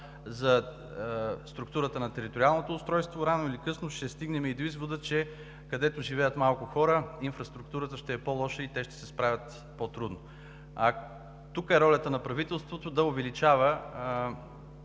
за структурата на териториалното устройство, рано или късно ще стигнем и до извода, че където живеят малко хора, инфраструктурата ще е по-лоша и те ще се справят по-трудно. Тук е ролята на правителството да увеличава